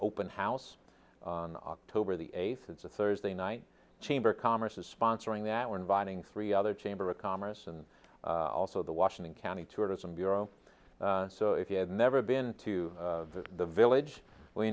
open house on october the eighth that's a thursday night chamber of commerce is sponsoring that we're inviting three other chamber of commerce and also the washington county tourism bureau so if you have never been to the village we